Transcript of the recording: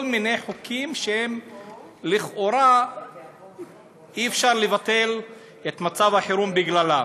כל מיני חוקים שלכאורה אי-אפשר לבטל את מצב החירום בגללם.